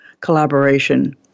collaboration